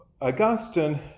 Augustine